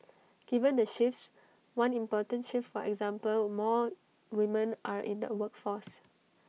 given the shifts one important shift for example more women are in the workforce